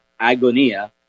Agonia